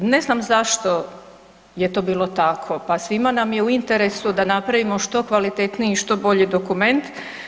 Ne znam zašto je to bilo tako, pa svima nam je u interesu da napravimo što kvalitetniji i što bolji dokument.